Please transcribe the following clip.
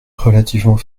relativement